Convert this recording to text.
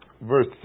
verse